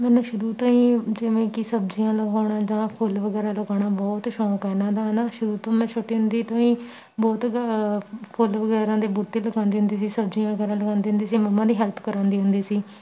ਮੈਨੂੰ ਸ਼ੁਰੂ ਤੋਂ ਹੀ ਜਿਵੇਂ ਕਿ ਸਬਜ਼ੀਆਂ ਲਗਾਉਣਾ ਜਾਂ ਫੁੱਲ ਵਗੈਰਾ ਲਗਾਉਣਾ ਬਹੁਤ ਸ਼ੌਕ ਹੈ ਇਹਨਾਂ ਦਾ ਹੈ ਨਾ ਸ਼ੁਰੂ ਤੋਂ ਮੈਂ ਛੋਟੀ ਹੁੰਦੀ ਤੋਂ ਹੀ ਬਹੁਤ ਗ ਫੁੱਲ ਵਗੈਰਾ ਦੇ ਬੂਟੇ ਲਗਾਉਂਦੀ ਹੁੰਦੀ ਸੀ ਸਬਜ਼ੀਆਂ ਵਗੈਰਾ ਲਗਾਉਂਦੀ ਹੁੰਦੀ ਸੀ ਮੰਮਾ ਦੀ ਹੈਲਪ ਕਰਵਾਉਂਦੀ ਹੁੰਦੀ ਸੀ